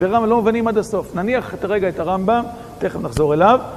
ברמה לא מבינים עד הסוף, נניח את הרגע את הרמב״ם, תכף נחזור אליו.